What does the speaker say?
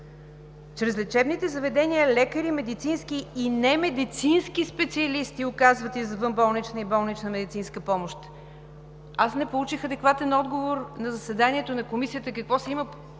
„Чрез лечебните заведения лекари, медицински и немедицински специалисти оказват извънболнична и болнична медицинска помощ.“ Не получих адекватен отговор на заседанието на Комисията какво се има